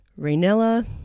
Rainella